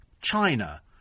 China